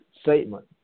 statement